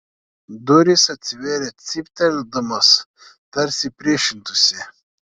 durys atsivėrė cypteldamos tarsi priešintųsi